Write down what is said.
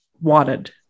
wanted